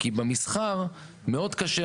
כי במסחר מאוד קשה.